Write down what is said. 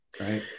right